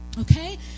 Okay